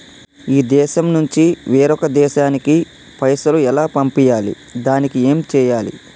ఈ దేశం నుంచి వేరొక దేశానికి పైసలు ఎలా పంపియ్యాలి? దానికి ఏం చేయాలి?